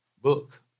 Book